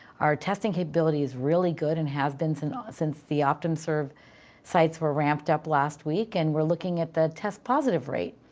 our testing capability is really good and has been since ah since the optumserve sites were ramped up last week. and we're looking at the test positive rate,